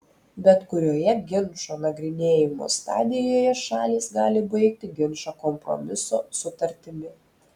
bet kurioje ginčo nagrinėjimo stadijoje šalys gali baigti ginčą kompromiso sutartimi